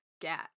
get